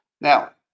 Now